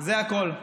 זה הכול.